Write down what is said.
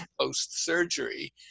post-surgery